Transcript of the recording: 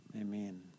Amen